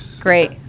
Great